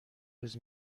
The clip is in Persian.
روز